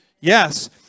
Yes